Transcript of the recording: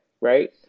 right